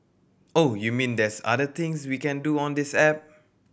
oh you mean there's other things we can do on this app